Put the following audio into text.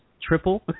triple